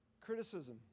criticism